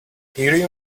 helium